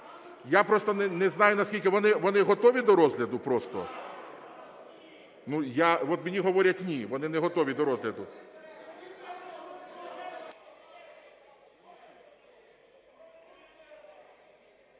Я просто не знаю, наскільки… Вони готові до розгляду просто? Мені говорять – ні, вони не готові до розгляду.